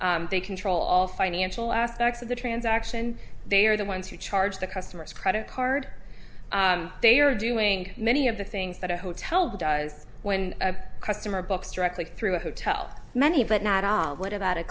they control all financial aspects of the transaction they are the ones who charge the customer's credit card they are doing many of the things that a hotel does when a customer books directly through a hotel many but not what about a